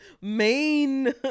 main